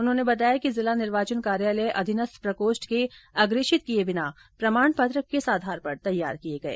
उन्होंने बताया कि जिला निर्वाचन कार्यालय अधीनस्थ प्रकोष्ठ के अग्रेषित किये बिना प्रमाण पत्र किस आधार पर तैयार किये गये